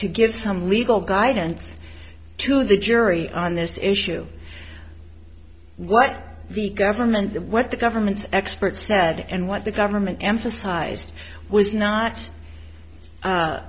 to give some legal guidance to the jury on this issue what the government what the government's expert said and what the government emphasized was not